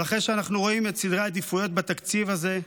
אבל אחרי שאנחנו רואים את סדרי העדיפויות בתקציב הזה,